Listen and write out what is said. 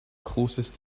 closest